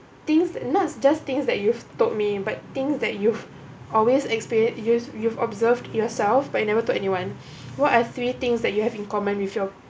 things not just things that you've told me but things that you've always experience you've you've observed yourself but you never told anyone what are three things that you have in common with your